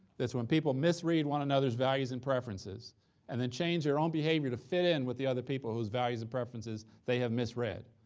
that's when people misread one another's values and preferences and then change their own behavior to fit in with the other people whose values and preferences they have misread.